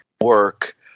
work